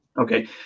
Okay